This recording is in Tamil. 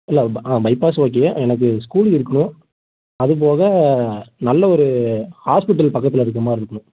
இல்லை ஆ பைபாஸ் ஓகே எனக்கு ஸ்கூல் இருக்கணும் அதுப்போக நல்ல ஒரு ஹாஸ்பிட்டல் பக்கத்தில் இருக்கிற மாதிரி இருக்கணும்